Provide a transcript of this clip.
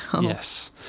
yes